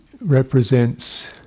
represents